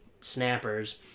snappers